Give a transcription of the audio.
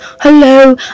Hello